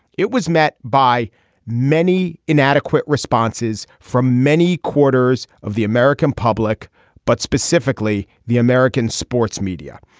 it was met by many inadequate responses from many quarters of the american public but specifically the american sports media.